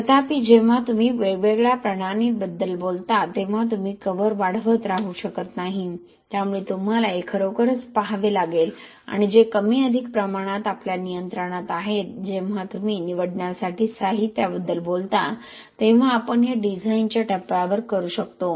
तथापि जेव्हा तुम्ही वेगवेगळ्या प्रणालींबद्दल बोलता तेव्हा तुम्ही कव्हर वाढवत राहू शकत नाही त्यामुळे तुम्हाला हे खरोखरच पहावे लागेल आणि जे कमी अधिक प्रमाणात आपल्या नियंत्रणात आहेत जेव्हा तुम्ही निवडण्यासाठी साहित्याबद्दल बोलतो तेव्हा आपण हे डिझाइनच्या टप्प्यावर करू शकतो